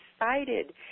excited